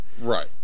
Right